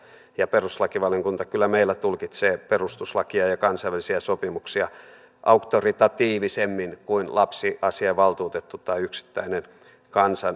ja perustuslakivaliokunta kyllä meillä tulkitsee perustuslakia ja kansainvälisiä sopimuksia auktoritatiivisemmin kuin lapsiasiavaltuutettu tai yksittäinen kansanedustaja